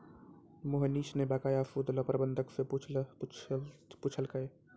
मोहनीश न बकाया सूद ल प्रबंधक स पूछलकै